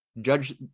judge